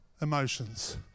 emotions